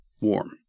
Warm